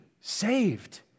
saved